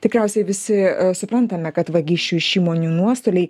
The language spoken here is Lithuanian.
tikriausiai visi suprantame kad vagysčių iš įmonių nuostoliai